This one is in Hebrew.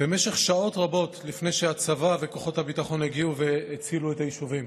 במשך שעות רבות לפני שהצבא וכוחות הביטחון הגיעו והצילו את היישובים.